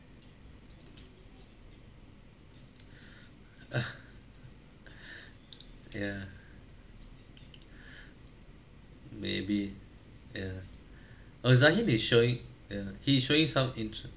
ya maybe ya uh zahin is showing ya he is showing some inte~